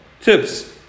tips